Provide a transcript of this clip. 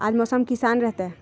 आज मौसम किसान रहतै?